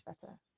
better